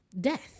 death